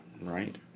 Right